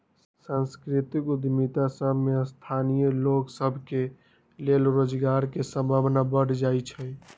सांस्कृतिक उद्यम सभ में स्थानीय लोग सभ के लेल रोजगार के संभावना बढ़ जाइ छइ